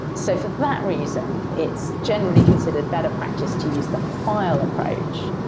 so for that reason, it's generally considered better practice to use the file approach,